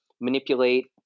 manipulate